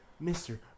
Mr